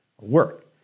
work